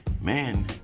man